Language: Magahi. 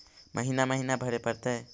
महिना महिना भरे परतैय?